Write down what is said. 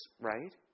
right